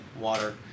water